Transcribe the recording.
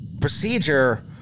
procedure